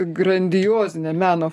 grandiozine meno